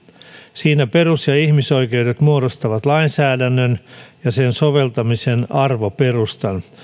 siinä perus ja ihmisoikeudet muodostavat lainsäädännön ja sen soveltamisen arvoperustan